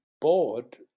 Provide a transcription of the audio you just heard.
bored